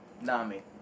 Nami